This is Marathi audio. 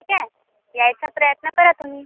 ठीक आहे यायचा प्रयत्न करा तुम्ही